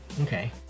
Okay